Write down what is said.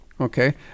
Okay